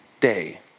day